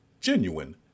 genuine